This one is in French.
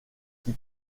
qui